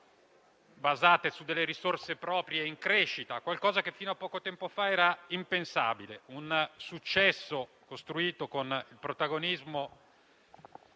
basate su risorse proprie, in crescita, qualcosa che fino a poco tempo fa era impensabile. Si tratta di un successo costruito con il protagonismo